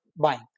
buying